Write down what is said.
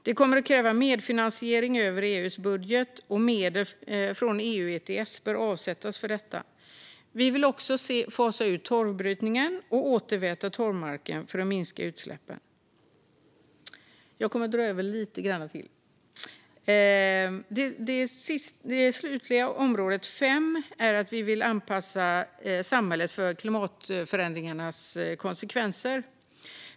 Det kommer att kräva medfinansiering över EU:s budget, och medel från EU ETS bör avsättas för detta. Vi vill också fasa ut torvbrytningen och återväta torvmarken för att minska utsläppen. Det slutliga området, nummer fem, handlar om att anpassa samhället för klimatförändringarnas konsekvenser.